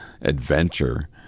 adventure